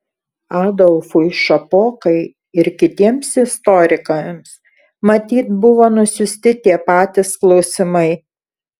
adolfui šapokai ir kitiems istorikams matyt buvo nusiųsti tie patys klausimai